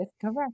correct